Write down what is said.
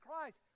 Christ